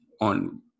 on